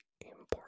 important